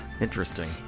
Interesting